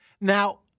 Now